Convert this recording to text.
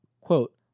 quote